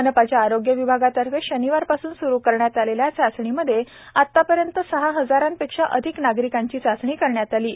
मनपाच्या आरोग्य विभागातर्फे शनिवार पासून स्रू करण्यात आलेल्या चाचणी मध्ये आतापर्यंत सहा हजारांपेक्षा अधिक नागरिकांची चाचणी करण्यात आली आहे